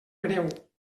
greu